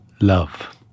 love